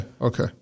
Okay